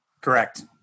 Correct